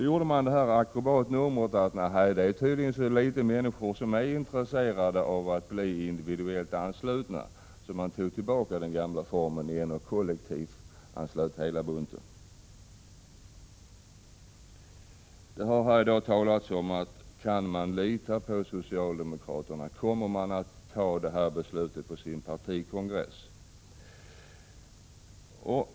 När man upptäckte att det var så få människor som var intresserade av att bli individuellt anslutna gjorde man akrobatnumret att ta tillbaka den gamla formen och kollektivanslöt allesammans. I dag har frågan ställts om man kan lita på att socialdemokraterna vid sin partikongress kommer att ta beslutet om att avskaffa kollektivanslutningen. Herr talman!